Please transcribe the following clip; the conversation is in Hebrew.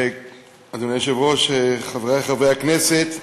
אדוני היושב-ראש, חברי חברי הכנסת,